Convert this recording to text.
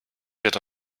wird